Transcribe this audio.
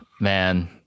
Man